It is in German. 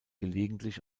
gelegentlich